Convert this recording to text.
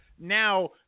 Now